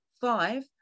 Five